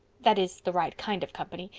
that is, the right kind of company.